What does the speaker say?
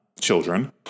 children